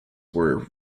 were